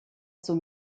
zum